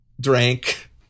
Drank